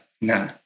no